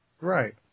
Right